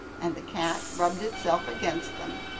and the cat rubbed itself against them,